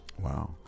Wow